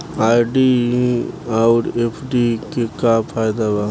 RD आउर FD के का फायदा बा?